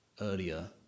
earlier